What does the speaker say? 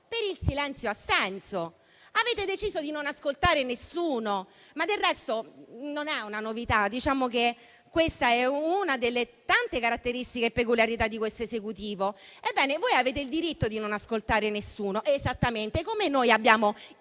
per il silenzio-assenso. Avete deciso di non ascoltare nessuno, ma del resto non è una novità: diciamo che questa è una delle tante caratteristiche e peculiarità dell'attuale Esecutivo. Ebbene, voi avete il diritto di non ascoltare nessuno, esattamente come noi abbiamo il